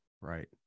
right